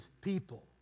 people